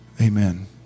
Amen